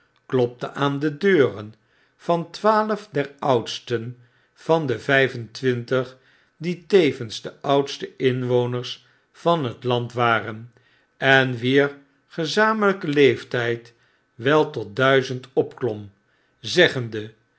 klopte aan de deuren van twaalf der oudsten van de vflf en twintig die tevens de oudste inwoners van dat land waren en wier gezamenlyken leeftyd wel totduizend opklom zeggende